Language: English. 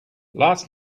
last